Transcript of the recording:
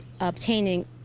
obtaining